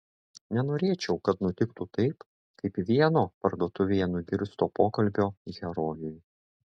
nenorėčiau kad nutiktų taip kaip vieno parduotuvėje nugirsto pokalbio herojui